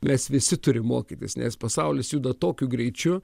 mes visi turim mokytis nes pasaulis juda tokiu greičiu